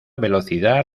velocidad